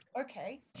okay